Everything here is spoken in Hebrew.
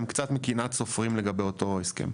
הם קצת מקנאת סופרים לגבי אותו הסכם.